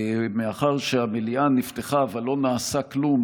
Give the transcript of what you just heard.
מאחר שהמליאה נפתחה אבל לא נעשה כלום,